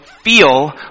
feel